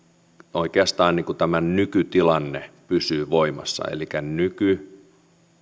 oikeastaan tämä nykytilanne pysyä voimassa elikkä nykyajo